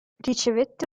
ricevette